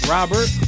Robert